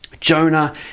Jonah